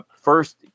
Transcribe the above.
first